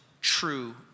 true